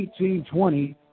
1820